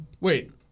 Wait